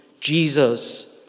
Jesus